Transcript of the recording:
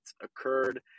occurred